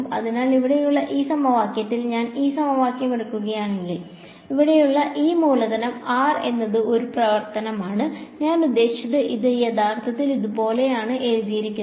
അതിനാൽ ഇവിടെയുള്ള ഈ സമവാക്യത്തിൽ ഞാൻ ഈ സമവാക്യം എടുക്കുകയാണെങ്കിൽ ഇവിടെയുള്ള ഈ മൂലധനം R എന്നത് ഒരു പ്രവർത്തനമാണ് ഞാൻ ഉദ്ദേശിച്ചത് ഇത് യഥാർത്ഥത്തിൽ ഇതുപോലെയാണ് എഴുതിയിരിക്കുന്നത്